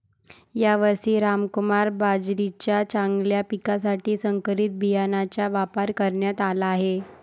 यावर्षी रामकुमार बाजरीच्या चांगल्या पिकासाठी संकरित बियाणांचा वापर करण्यात आला आहे